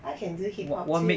I can do hip hop